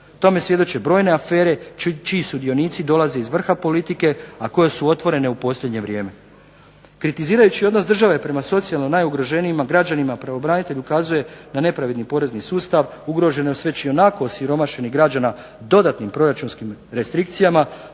Tome svjedoče brojne afere čiji sudionici dolaze iz vrha politike, a koje su otvorene u posljednje vrijeme. Kritizirajući odnos države prema socijalno najugroženijim građanima pravobranitelj ukazuje na nepravedni porezni sustav, ugroženost već ionako osiromašenih građana dodatnim proračunskim restrikcijama